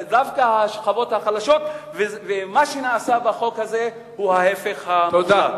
דווקא השכבות החלשות ומה שנעשה בחוק הזה הוא ההיפך המוחלט.